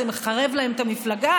שזה מחרב להם את המפלגה,